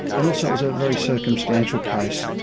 and also it was a very circumstantial case.